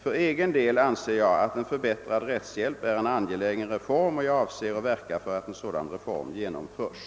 För egen del anser jag att en förbättrad rättshjälp är en angelägen reform, och jag avser att verka för att en sådan reform genomförs.